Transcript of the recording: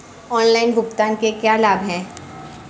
Online भुगतान के क्या लाभ हैं?